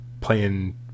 playing